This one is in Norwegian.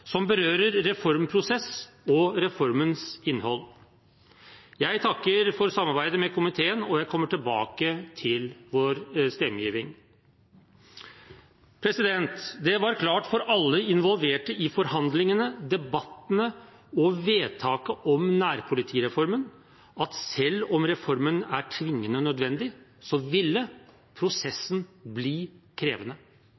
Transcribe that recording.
som berører reformprosess og reformens innhold. Jeg takker for samarbeidet med komiteen, og jeg kommer tilbake til vår stemmegiving. Det var klart for alle involverte i forhandlingene, debattene og vedtaket om nærpolitireformen at selv om reformen er tvingende nødvendig, ville